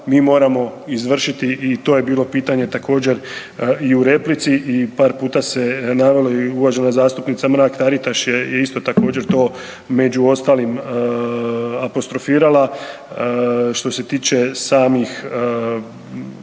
mi moramo izvršiti i to je bilo pitanje također i u replici i par puta se navelo i uvažena zastupnica Mrak-Taritaš je isto također to među ostalim apostrofirala. Što se tiče samih